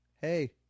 hey